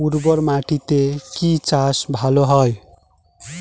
উর্বর মাটিতে কি চাষ ভালো হয়?